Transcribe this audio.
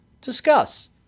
Discuss